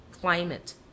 Climate